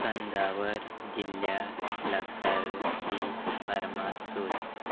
तंजावर जिल्ल्या लागसारची फार्मास सोद